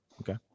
Okay